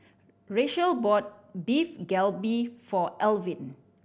Rachael bought Beef Galbi for Alvin